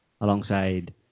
alongside